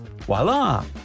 Voila